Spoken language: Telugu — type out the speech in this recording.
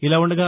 ఇలా ఉండగా